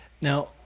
Now